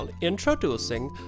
introducing